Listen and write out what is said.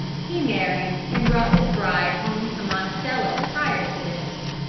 he married and brought his bride home to monticello prior to this.